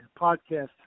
podcast